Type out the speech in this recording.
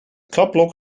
kladblok